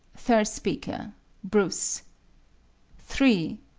third speaker bruce three.